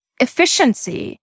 efficiency